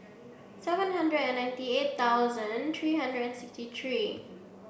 seven hundred and ninety eight thousand three hundred and sixty three